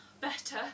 better